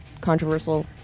controversial